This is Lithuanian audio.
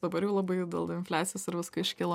dabar jau labai dėl infliacijos ir viską iškilo